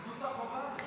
אבל ביטלו את החובה הזו.